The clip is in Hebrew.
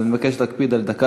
אני מבקש להקפיד על דקה.